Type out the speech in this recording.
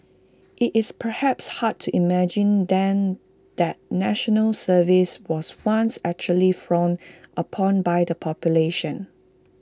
IT is perhaps hard to imagine then that National Service was once actually frowned upon by the population